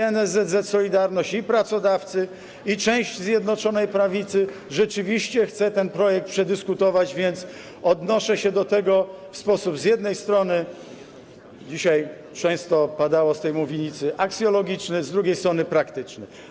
I NSZZ „Solidarność”, i pracodawcy, i część Zjednoczonej Prawicy rzeczywiście chcą ten projekt przedyskutować, więc odnoszę się do tego w sposób z jednej strony - co dzisiaj często padało z tej mównicy - aksjologiczny, z drugiej strony praktyczny.